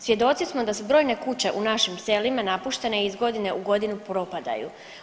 Svjedoci smo da su brojne kuće u našim selima napuštene i iz godine u godinu propadaju.